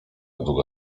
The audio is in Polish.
długo